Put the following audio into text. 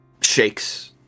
shakes